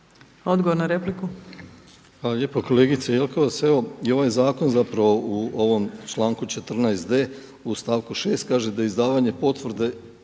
Hvala lijepa kolegice Jelkovac. Evo i ovaj zakon zapravo u ovom članku 14d. u stavku 6. kaže da izdavanje potvrde